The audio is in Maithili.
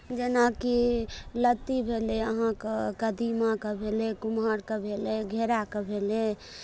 जेनाकि लत्ती भेलै अहाँकेँ कदीमाके भेलै कुम्हरके भेलै घेराके भेलै